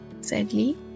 sadly